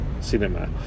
cinema